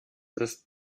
ist